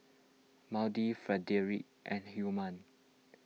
Maude Frederic and Hyman